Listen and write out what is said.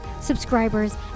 subscribers